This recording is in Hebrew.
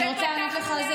אני רוצה לענות לך.